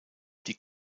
die